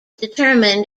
determined